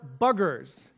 buggers